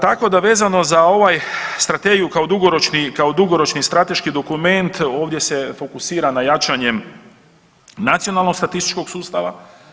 Tako da vezano za ovu strategiju kao dugoročni strateški dokument ovdje se fokusira na jačanje nacionalnog statističkog sustava.